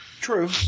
True